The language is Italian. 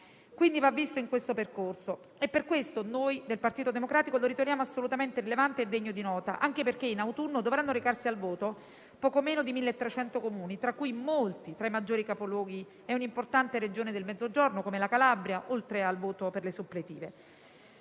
quindi visto in siffatto percorso, e per questo noi del Partito Democratico lo riteniamo assolutamente rilevante e degno di nota, anche perché in autunno dovranno recarsi al voto poco meno di 1.300 Comuni, tra cui molti tra i maggiori capoluoghi, e un'importante Regione del Mezzogiorno come la Calabria, oltre al voto per le suppletive.